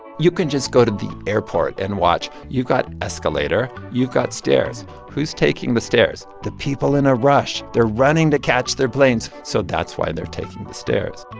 you can just go to the airport and watch. you've got escalator. you've got stairs. who's taking the stairs? the people in a rush. they're running to catch their planes, so that's why they're taking the stairs